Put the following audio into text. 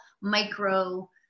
micro